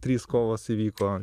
trys kovos įvyko